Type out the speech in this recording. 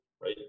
right